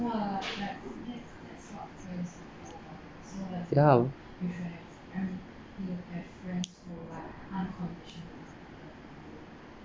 ya